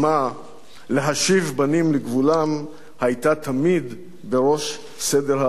להשיב בנים לגבולם היתה תמיד בראש סדר העדיפויות שלו.